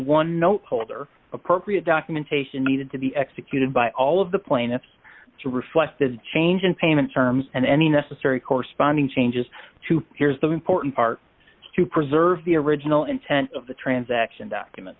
anyone no holder appropriate documentation needed to be executed by all of the plaintiffs to reflect the change in payment terms and any necessary corresponding changes to here's the important part to preserve the original intent of the transaction documents